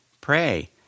pray